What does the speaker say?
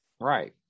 Right